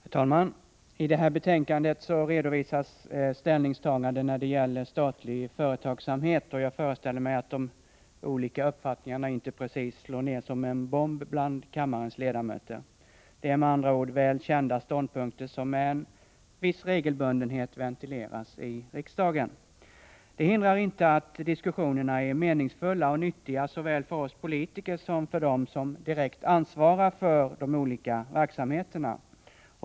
Herr talman! I det här betänkandet redovisas ställningstaganden när det gäller statlig företagsamhet. Jag föreställer mig att de olika uppfattningarna inte precis slår ner som en bomb bland kammarens ledamöter. Det är med andra ord väl kända ståndpunkter, som med en viss regelbundenhet ventileras i riksdagen. Det hindrar inte att diskussionerna är meningsfulla och nyttiga såväl för oss politiker som för dem som direkt ansvarar för de olika verksamheterna.